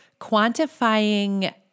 quantifying